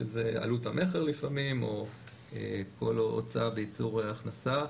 שזה עלות המכר לפעמים או כל הוצאה בייצור הכנסה,